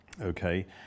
okay